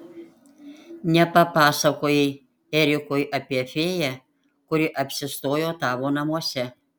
nepapasakojai erikui apie fėją kuri apsistojo tavo namuose